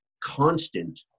constant